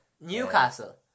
Newcastle